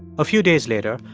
a few days later,